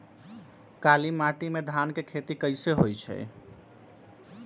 काली माटी में धान के खेती कईसे होइ छइ?